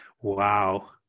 Wow